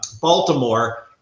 Baltimore